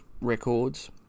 records